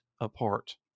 apart